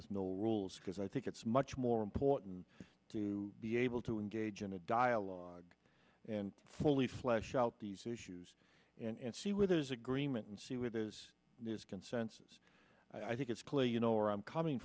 with no rules because i think it's much more important to be able to engage in a dialogue and fully flesh out these issues and see where there's agreement and see where there's this consensus i think it's clear you know where i'm coming